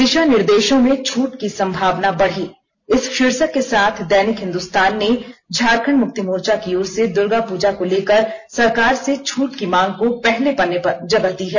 दिशा निर्देशों में छू की संभावना बढ़ी इस शीर्षक के साथ दैनिक हिंदुस्तान ने झारखंड मुक्ति मोर्चा की ओर से दुर्गा पूजा को लेकर सरकार से छूट की मांग को पहले पन्ने पर जगह दी है